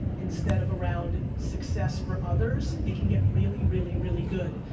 instead of around success for others, it can get really, really, really good.